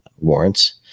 Warrants